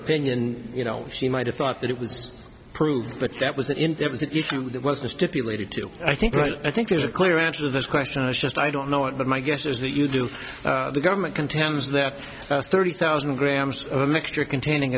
opinion you know she might have thought that it was proved but that was an issue that was the stipulated to i think i think there's a clear answer this question is just i don't know it but my guess is that you do the government contends there are thirty thousand grams of a mixture containing